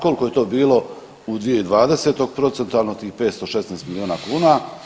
Koliko je to bilo u 2020. procentualno tih 516 miliona kuna?